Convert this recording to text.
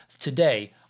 today